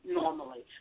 normally